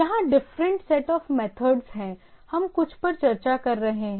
यहां different set of methods है हम कुछ पर चर्चा कर रहे हैं